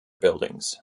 buildings